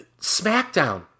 Smackdown